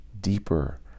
deeper